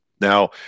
Now